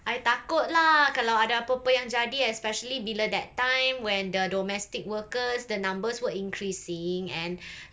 I takut lah kalau ada apa apa yang jadi especially bila that time when the domestic workers the numbers were increasing and